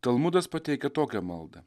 talmudas pateikia tokią maldą